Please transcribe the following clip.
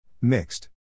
Mixed